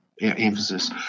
emphasis